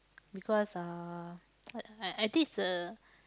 because uh I I think it's a